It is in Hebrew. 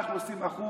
אנחנו 20%,